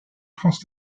france